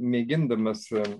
mėgindamas e